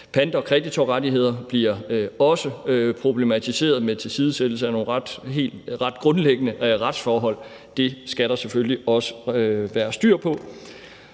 Pant- og kreditorrettigheder bliver også problematiseret i forhold til tilsidesættelsen af nogle ret grundlæggende retsforhold – det skal der selvfølgelig også være styr på.